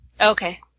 Okay